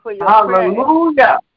Hallelujah